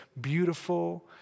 beautiful